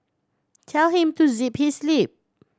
tell him to zip his lip